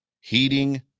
Heating